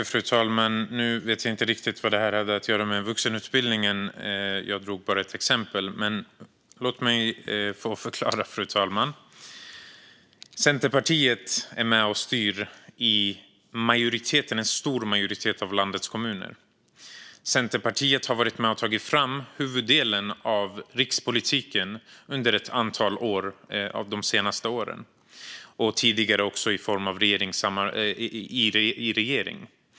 Fru talman! Nu vet jag inte riktigt vad det här hade att göra med vuxenutbildningen - jag drog bara ett exempel - men låt mig förklara. Centerpartiet är med och styr i en stor majoritet av landets kommuner. Centerpartiet har varit med och tagit fram huvuddelen av rikspolitiken under ett antal av de senaste åren och tidigare även suttit i regeringen.